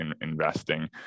investing